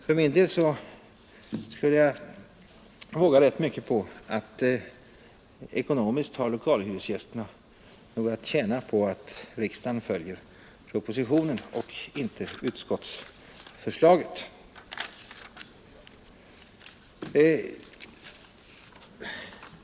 För min del skulle jag våga rätt mycket på att ekonomiskt tjänar lokalhyresgästerna på att riksdagen följer propositionen och inte utskottsförslaget.